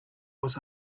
was